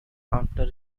after